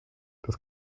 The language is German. das